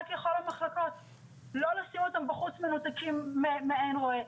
הם לא באו וביקשו מאיתנו סעד.